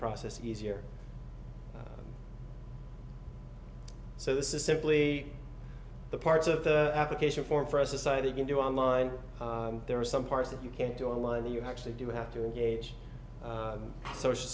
process easier so this is simply the parts of the application form for a society can do online there are some parts that you can't do online you actually do have to engage the social